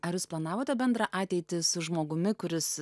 ar jūs planavote bendrą ateitį su žmogumi kuris